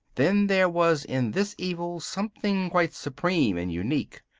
then there was in this evil something quite supreme and unique.